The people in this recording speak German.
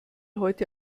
heute